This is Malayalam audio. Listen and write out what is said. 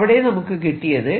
അവിടെ നമുക്ക് കിട്ടിയത്